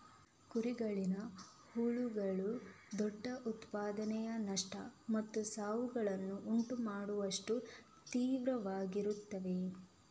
ಕುರಿಗಳಲ್ಲಿನ ಹುಳುಗಳು ದೊಡ್ಡ ಉತ್ಪಾದನೆಯ ನಷ್ಟ ಮತ್ತು ಸಾವುಗಳನ್ನು ಉಂಟು ಮಾಡುವಷ್ಟು ತೀವ್ರವಾಗಿರುತ್ತವೆ